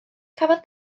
cafodd